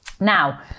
Now